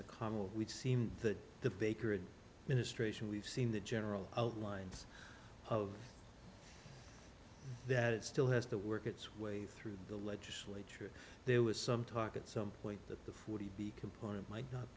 the carmel we've seen that the baker and ministration we've seen the general outlines of that it still has to work its way through the legislature there was some talk at some point that the forty b component might not